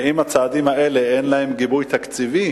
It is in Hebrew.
ואם הצעדים האלה אין להם גיבוי תקציבי,